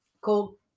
Call